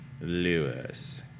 Lewis